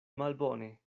malbone